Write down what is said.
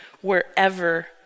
wherever